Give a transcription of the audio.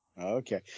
Okay